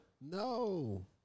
No